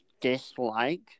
dislike